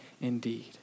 indeed